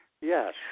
Yes